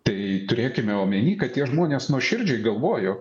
tai turėkime omenyje kad tie žmonės nuoširdžiai galvojo